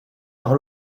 par